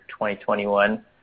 2021